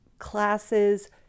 classes